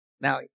Now